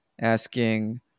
asking